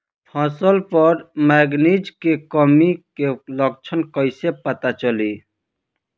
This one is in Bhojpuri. फसल पर मैगनीज के कमी के लक्षण कइसे पता चली?